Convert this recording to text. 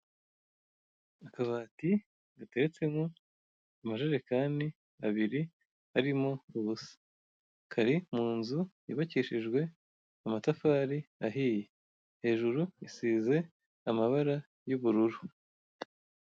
Akabati gatetseho amajerekani abiri arimo ubusa, kari mu nzu yubakishijwe amatafari ahiye, hejuru isize amabara y'ubururu.